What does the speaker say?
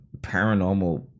paranormal